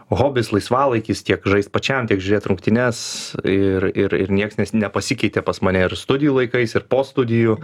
hobis laisvalaikis tiek žaist pačiam tiek žiūrėt rungtynes ir ir ir nieks nepasikeitė pas mane ir studijų laikais ir po studijų